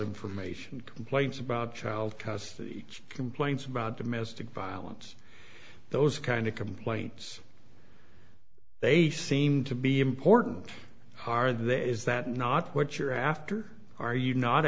information complaints about child custody complaints about domestic violence those kind of complaints they seemed to be important are there is that not what you're after are you not